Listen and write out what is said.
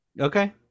okay